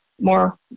more